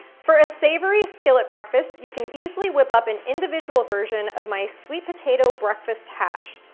for a savory skillet breakfast, you can easily whip up an individual version of my sweet potato breakfast hash.